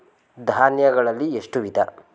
ಧಾನ್ಯಗಳಲ್ಲಿ ಎಷ್ಟು ವಿಧ?